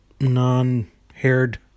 Non-haired